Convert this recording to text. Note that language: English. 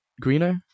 greener